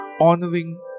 honoring